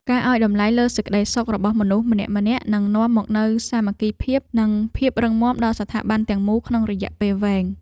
ការឱ្យតម្លៃលើសេចក្តីសុខរបស់មនុស្សម្នាក់ៗនឹងនាំមកនូវសាមគ្គីភាព និងភាពរឹងមាំដល់ស្ថាប័នទាំងមូលក្នុងរយៈពេលវែង។